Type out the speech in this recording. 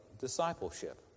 discipleship